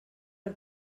per